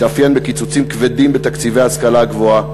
התאפיין בקיצוצים כבדים בתקציבי ההשכלה הגבוהה,